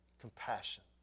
compassion